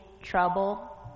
trouble